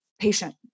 patient